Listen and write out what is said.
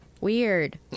Weird